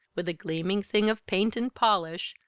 with a gleaming thing of paint and polish,